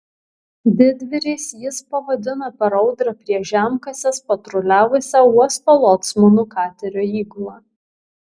didvyriais jis pavadino per audrą prie žemkasės patruliavusią uosto locmanų katerio įgulą